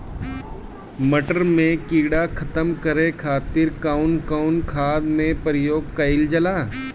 मटर में कीड़ा खत्म करे खातीर कउन कउन खाद के प्रयोग कईल जाला?